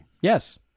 Yes